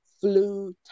flu